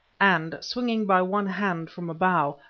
and swinging by one hand from a bough,